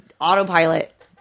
autopilot